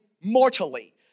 mortally